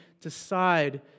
decide